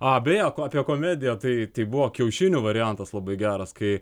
beje apie komediją tai tai buvo kiaušinių variantas labai geras kai